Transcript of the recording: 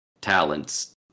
talents